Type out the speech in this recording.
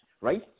right